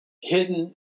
hidden